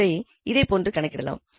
மற்றொன்றை இதே போன்று கணக்கிடலாம்